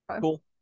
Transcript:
Cool